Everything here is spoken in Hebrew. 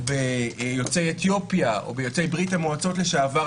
או ביוצאי אתיופיה או ביוצאי ברית המועצות לשעבר,